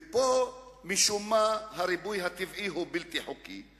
ופה, משום מה, הריבוי הטבעי הוא בלתי חוקי.